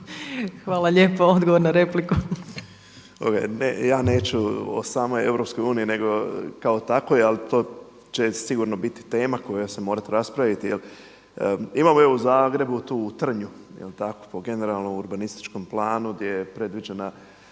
**Panenić, Tomislav (MOST)** Ja neću o samoj Europskoj uniji kao takvoj ali to će sigurno biti tema koja će se morati raspraviti. Imamo evo u Zagrebu tu u Trnju je li tako po generalnom urbanističkom planu gdje je predviđena